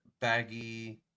baggy